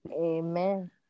Amen